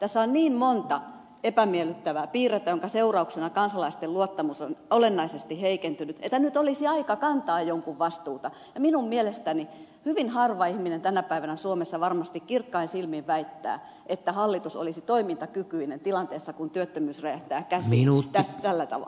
tässä on niin monta epämiellyttävää piirrettä minkä seurauksena kansalaisten luottamus on olennaisesti heikentynyt että nyt olisi aika jonkun kantaa vastuuta ja minun mielestäni hyvin harva ihminen tänä päivänä suomessa varmasti kirkkain silmin väittää että hallitus olisi toimintakykyinen tilanteessa kun työttömyys räjähtää käsiin tällä tavalla